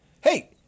Hey